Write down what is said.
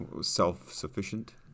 Self-sufficient